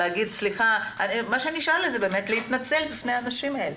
לא נותר לי אלא להתנצל בפני האנשים האלה,